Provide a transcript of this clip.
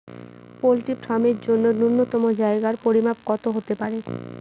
Poultry farm এর জন্য নূন্যতম জায়গার পরিমাপ কত হতে পারে?